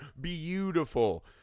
beautiful